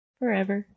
forever